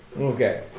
Okay